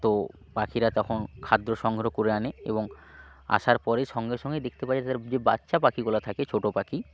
তো পাখিরা তখন খাদ্র সংগ্রহ করে আনে এবং আসার পরে সঙ্গে সঙ্গে দেখতে পারে যে তার যে বাচ্চা পাখিগুলা থাকে ছোটো পাখি